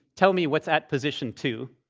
tell me what's at position two.